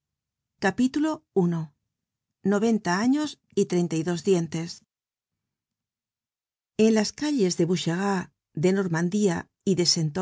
generated at noventa años y treinta y dos dientes t en las calles de boucherat de normandía